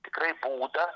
tikrai būdą